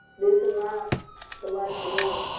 this is not the life you want.